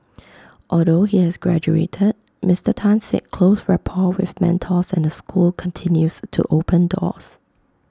although he has graduated Mister Tan said close rapport with mentors and the school continues to open doors